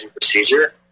procedure